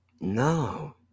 no